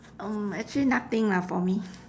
um actually nothing lah for me